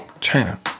China